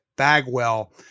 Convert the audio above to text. Bagwell